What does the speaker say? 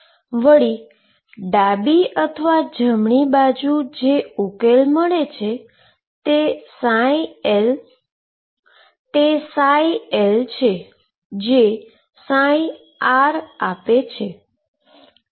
વળી ડાબી અથવા જમણી બાજુ જે ઉકેલ મળે છે તે Lછે જે R આપે છે